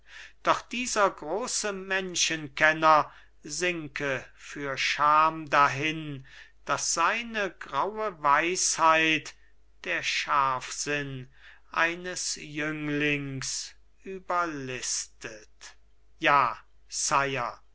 doch dieser große menschenkenner sinke vor scham dahin daß seine graue weisheit der scharfsinn eines jünglings überlistet ja sire